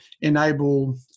enable